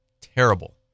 terrible